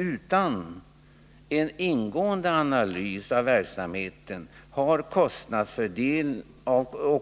Utan en ingående analys av verksamheten och